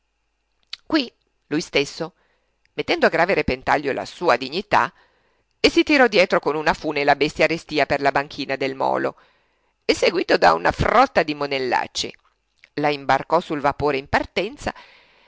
qui lui stesso mettendo a grave repentaglio la sua dignità si tirò dietro con una fune la bestia restia per la banchina del molo seguito da una frotta di monellacci la imbarcò sul vapore in partenza